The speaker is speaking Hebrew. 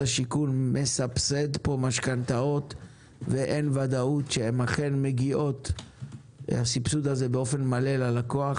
השיכון מסבסד פה משכנתאות ואין ודאות שהסבסוד מגיע באופן מלא ללקוח